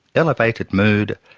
elevated mood,